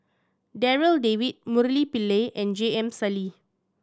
Darryl David Murali Pillai and J M Sali